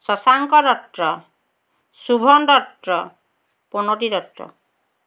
Shashanku Dutta Subham Dutta Pranati Dutta